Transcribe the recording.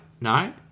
No